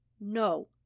No